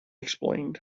explained